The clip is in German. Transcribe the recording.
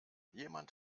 jemand